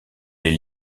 les